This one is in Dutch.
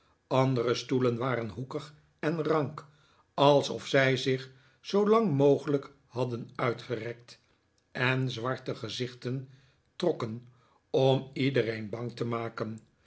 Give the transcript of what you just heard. andere stoelen waren hoekig en rank alsof zij zich zoo lang mogelijk hadden uitgerekt en zwarte gezichten trokken om iedereen bang te maken